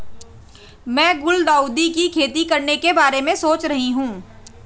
मैं गुलदाउदी की खेती करने के बारे में सोच रही हूं